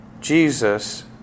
Jesus